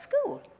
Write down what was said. school